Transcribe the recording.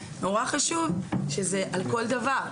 אז נורא חשוב שזה על כל דבר.